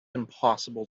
impossible